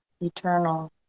eternal